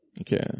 Okay